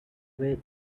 wait